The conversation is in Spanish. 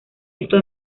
esto